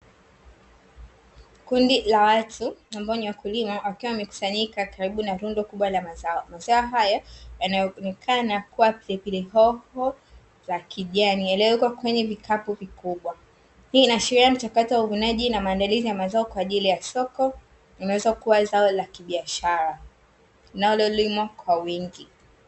Kundi la watu ambao ni wakulima wakiwa wamekusanyika karibu na lundo kubwa la mazao, mazao hayo yanayoonekana kuwa pilipili hoho za kijani yaliyowekwa kwenye vikapu vikubwa, hii inaashiria mchakato wa uvunaji na maandalizi ya mazao kwa ajili ya soko linaweza kuwa zao la kibiashara, linalolimwa kwa wingi.